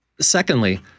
Secondly